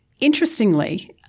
Interestingly